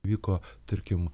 vyko tarkim